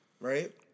Right